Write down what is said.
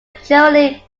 generally